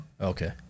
Okay